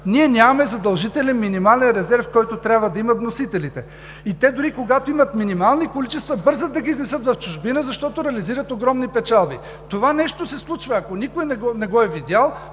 Ние нямаме задължителен минимален резерв, който трябва да имат вносителите. И те дори когато имат минимални количества, бързат да ги изнесат в чужбина, защото реализират огромни печалби. Това нещо се случва. Ако никой не го е видял,